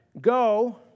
Go